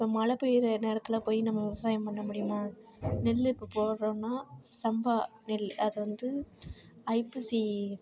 இப்போ மழை பெய்கிற நேரத்தில் போய் நம்ம விவசாயம் பண்ண முடியுமா நெல்லு இப்போ போடுறோன்னா சம்பா நெல் அதை வந்து ஐப்பசி